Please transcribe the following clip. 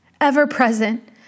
ever-present